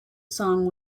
song